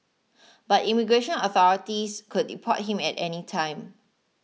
but immigration authorities could deport him at any time